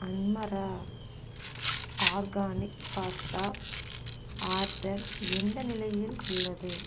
அன்மரா organic pasta order எந்த நிலையில் உள்ளது